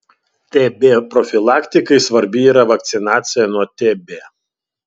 tb profilaktikai svarbi yra vakcinacija nuo tb